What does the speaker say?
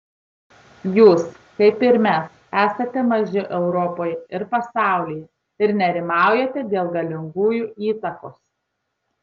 jūs kaip ir mes esate maži europoje ir pasaulyje ir nerimaujate dėl galingųjų įtakos